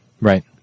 Right